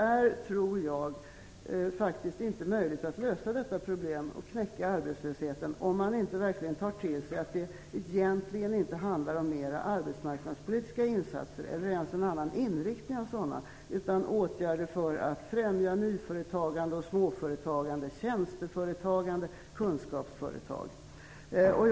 Jag tror inte att det är möjligt att lösa detta problem och knäcka arbetslösheten om man inte tar till sig att det egentligen inte handlar om mera arbetsmarknadspolitiska insatser, eller ens en annan inriktning av sådana, utan att det handlar om åtgärder för att främja nyföretagande, småföretagande, tjänsteföretagande och kunskapsföretagande.